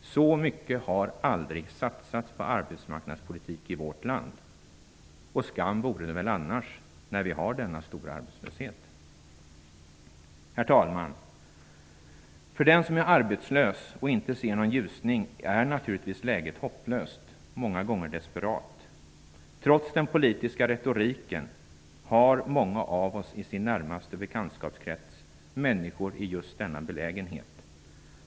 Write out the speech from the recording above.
Så mycket har det aldrig satsats på arbetsmarknadspolitik i vårt land. Och skam vore det väl annars, när vi har denna stora arbetslöshet. Herr talman! För den som är arbetslös och inte ser någon ljusning är naturligtvis läget hopplöst, många gånger desperat. Trots den politiska retoriken har många av oss i sin närmsta bekantskapskrets människor i just denna belägenhet.